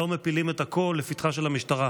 לא מפילים את הכול לפתחה של המשטרה.